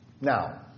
Now